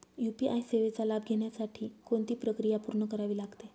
UPI सेवेचा लाभ घेण्यासाठी कोणती प्रक्रिया पूर्ण करावी लागते?